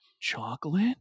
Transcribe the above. chocolate